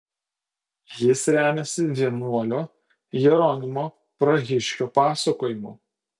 jis remiasi vienuolio jeronimo prahiškio pasakojimu